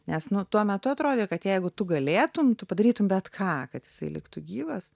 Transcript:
nes nu tuo metu atrodė kad jeigu tu galėtum tu padarytum bet ką kad jisai liktų gyvas